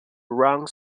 wrong